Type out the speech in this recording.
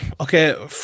okay